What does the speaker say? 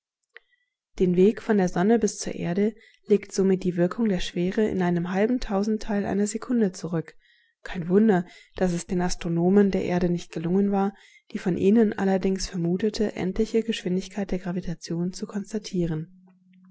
den weg von der sonne bis zur erde legt somit die wirkung der schwere in einem halben tausendteil einer sekunde zurück kein wunder daß es den astronomen der erde nicht gelungen war die von ihnen allerdings vermutete endliche geschwindigkeit der gravitation zu konstatieren